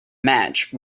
match